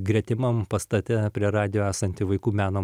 gretimam pastate prie radijo esanti vaikų meno